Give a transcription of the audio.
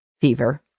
fever